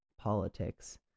politics